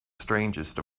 strangest